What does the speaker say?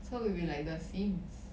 so we will be like the SIMS